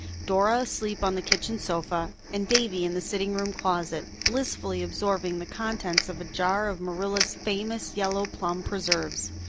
dora asleep on the kitchen sofa, and davy in the sitting room closet, blissfully absorbing the contents of a jar of marilla's famous yellow plum preserves.